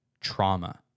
trauma